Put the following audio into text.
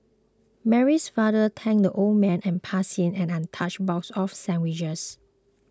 Mary's father thanked the old man and passed him an untouched box of sandwiches